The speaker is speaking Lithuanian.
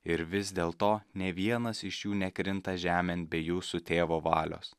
ir vis dėlto nei vienas iš jų nekrinta žemėn be jūsų tėvo valios